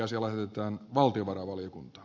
arvoisa puhemies